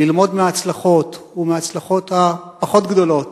ללמוד מההצלחות ומההצלחות הפחות גדולות